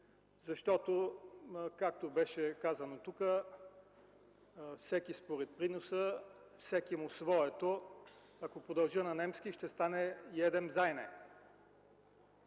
защото, както беше казано тук: „Всеки според приноса, всекиму своето”. Ако продължа на немски ще стане: „иедем зайне”.